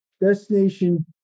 destination